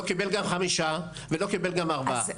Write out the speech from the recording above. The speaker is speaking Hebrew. לא קיבל גם 5 מיליון שקלים ולא גם 4 מיליון שקלים.